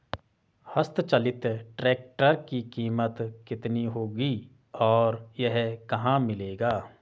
हस्त चलित ट्रैक्टर की कीमत कितनी होगी और यह कहाँ मिलेगा?